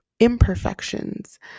imperfections